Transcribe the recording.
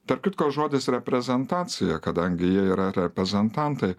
tarp kitko žodis reprezentacija kadangi jie yra reprezentantai